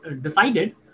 decided